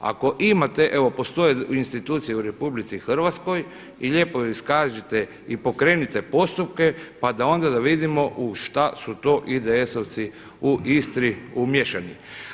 Ako imate evo postoje institucije u RH i lijepo iskažite i pokrenite postupka pa da onda vidimo u šta su to IDS u Istri umiješani.